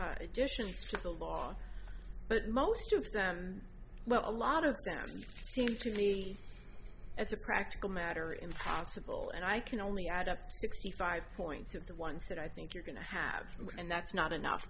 t additions to the law but most of them well a lot of seem to me as a practical matter impossible and i can only add up sixty five points of the ones that i think you're going to have and that's not enough